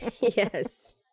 Yes